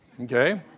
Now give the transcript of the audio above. okay